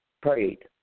prayed